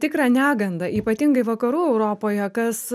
tikrą negandą ypatingai vakarų europoje kas